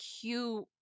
cute